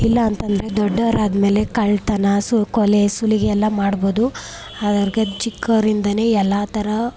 ಇಲ್ಲಾಂತಂದರೆ ದೊಡ್ಡೋರು ಆದಮೇಲೆ ಕಳ್ಳತನ ಸು ಕೊಲೆ ಸುಲಿಗೆ ಎಲ್ಲ ಮಾಡ್ಬೋದು ಅವ್ರಿಗೆ ಚಿಕ್ಕವರಿಂದಾನೇ ಎಲ್ಲ ಥರ